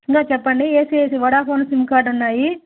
ఇంకా చెప్పండి ఏసీ ఏసీ ఒడాఫోన్ సిమ్ కార్డ్ ఉన్నాయి